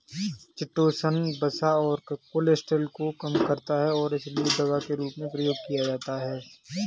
chitosan वसा और cholesterol को कम करता है और इसीलिए दवा के रूप में प्रयोग किया जाता है